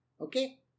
Okay